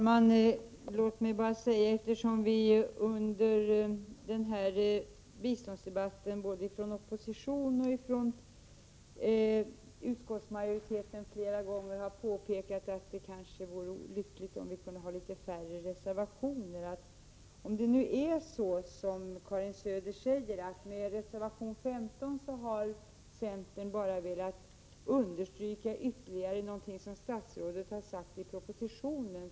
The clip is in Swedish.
Herr talman! Under denna biståndsdebatt har man flera gånger från både oppositionens och utskottsmajoritetens sida påpekat att det vore lyckligt om det inte fanns så många reservationer fogade till betänkandet. Karin Söder sade att centern med reservation 15 bara ytterligare har velat understryka vad statsrådet har sagt i propositionen.